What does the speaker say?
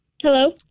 Hello